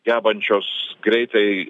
gebančios greitai